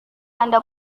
anda